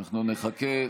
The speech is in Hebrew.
אנחנו מחכים.